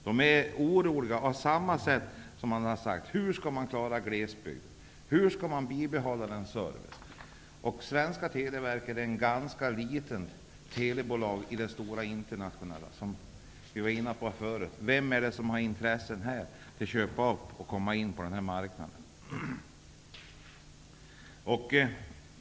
De är oroliga och undrar hur man skall klara av att bibehålla servicen i glesbygden. Svenska Televerket är ett ganska litet telebolag i det stora internationella sammanhanget. Vem är det som har intressen av köpa upp och komma in på den här marknaden?